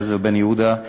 אליעזר בן-יהודה,